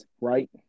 right